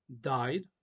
died